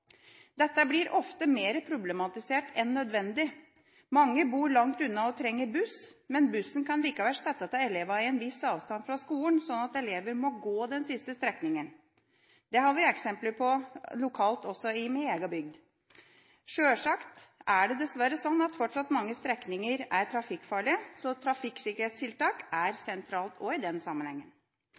Dette blir ofte mer problematisert enn nødvendig. Mange bor langt unna og trenger buss, men bussen kan likevel sette av elevene i en viss avstand fra skolen, slik at elevene må gå den siste strekningen – det har vi eksempler på lokalt, også i min egen bygd. Sjølsagt er det dessverre sånn at mange strekninger fortsatt er trafikkfarlige, så trafikksikkerhetstiltak er også sentralt i denne sammenhengen.